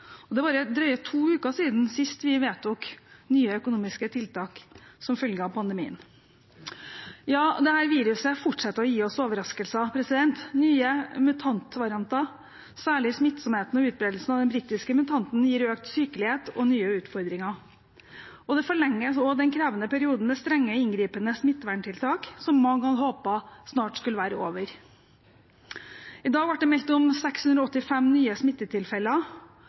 Og det er bare drøye to uker siden sist vi vedtok nye økonomiske tiltak som følge av pandemien. Dette viruset fortsetter å gi oss overraskelser. Nye mutantvarianter, særlig smittsomheten og utbredelsen av den britiske mutanten, gir økt sykelighet og nye utfordringer. Det forlenger også den krevende perioden med strenge, inngripende smitteverntiltak, som mange hadde håpet snart skulle være over. I dag ble det meldt om 685 nye smittetilfeller.